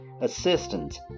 assistance